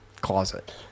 closet